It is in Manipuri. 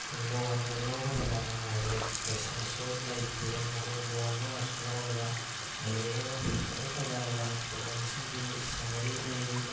ꯂꯣꯟꯗ ꯂꯧꯒꯗꯕ ꯃꯉꯥꯏꯔꯦ ꯄꯩꯁꯥꯁꯨ ꯂꯩꯇꯦ ꯃꯗꯨ ꯂꯣꯟꯗ ꯑꯣꯏꯔꯁꯨ ꯂꯧꯔꯒ ꯂꯩꯔꯤꯕ ꯐꯖ ꯐꯖꯔꯕ ꯈꯨꯡꯒꯪꯁꯤꯡꯒꯤ ꯁꯦꯅꯔꯤ ꯂꯩꯔꯤ